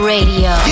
Radio